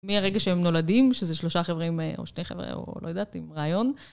מהרגע שהם נולדים, שזה שלושה חברים, או שני חברה, או לא יודעת, עם רעיון.